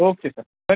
okay sir Dhan